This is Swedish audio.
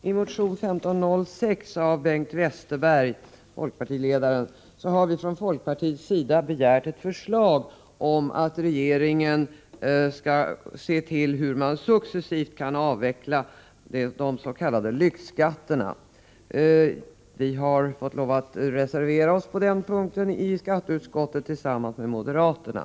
Herr talman! I motion 1506 av folkpartiledaren Bengt Westerberg m.fl. har folkpartiet begärt ett förslag från regeringen om hur man successivt skulle kunna avveckla de s.k. lyxskatterna. Vi har i skatteutskottet fått lov att reservera oss på den punkten tillsammans med moderaterna.